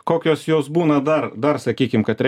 kokios jos būna dar sakykim kad reiškia